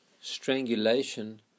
strangulation